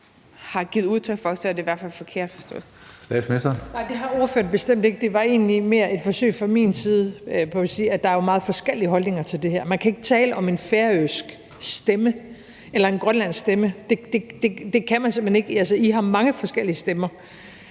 det har ordføreren bestemt ikke. Det var egentlig mere et forsøg fra min side på at sige, at der jo er meget forskellige holdninger til det her. Man kan ikke tale om en færøsk stemme eller en grønlandsk stemme; det kan man simpelt hen ikke.